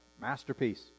masterpiece